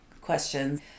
questions